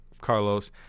Carlos